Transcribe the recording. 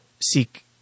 seek